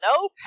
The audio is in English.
No